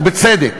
ובצדק,